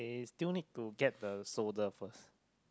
still need to get the solder first